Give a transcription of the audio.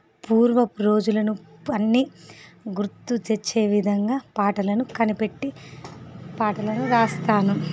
పూర్వపు రోజులను అన్నీ గుర్తు తెచ్చే విధంగా పాటలను కనిపెట్టి పాటలను రాస్తాను